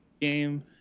game